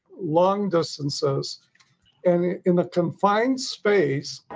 long distances and in a confined space.